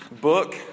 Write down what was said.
book